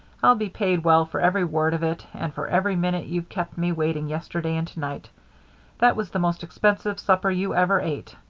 i'll be paid well for every word of it and for every minute you've kept me waiting yesterday and to-night that was the most expensive supper you ever ate.